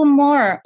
more